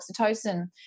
oxytocin